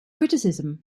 criticism